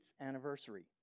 anniversary